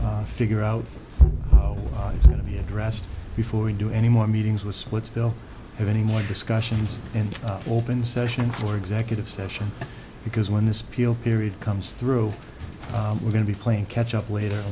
figure out it's going to be addressed before we do any more meetings with splitsville have any more discussions and open session for executive session because when this peel period comes through we're going to be playing catch up later